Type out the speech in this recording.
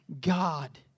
God